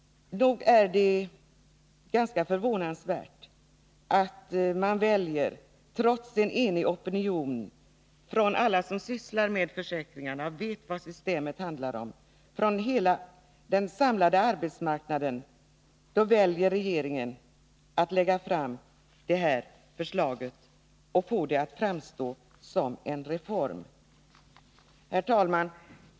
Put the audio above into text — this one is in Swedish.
Dock är det ganska förvånansvärt att regeringen, trots en enig opinion från alla dem som sysslar med försäkringarna och vet vad systemet handlar om och från hela den samlade arbetsmarknaden, väljer att lägga fram detta förslag och få det att framstå som en reform. Herr talman!